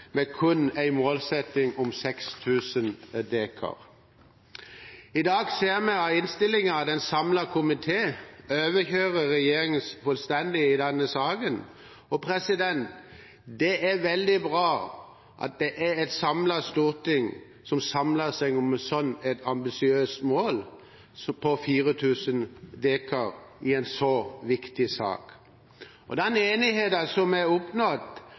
med en målsetting om kun 6 000 dekar. I dag ser vi av innstillingen at en samlet komité overkjører regjeringen fullstendig i denne saken. Det er veldig bra at det er et samlet storting som samler seg om et så ambisiøst mål – på 4 000 dekar – i en så viktig sak. Den enigheten som er oppnådd, samsvarer veldig godt med det som